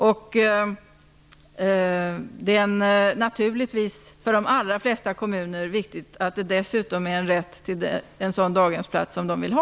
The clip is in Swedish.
Det är naturligtvis för de allra flesta kommuner viktigt att föräldrar dessutom har rätt till en sådan daghemsplats som de vill ha.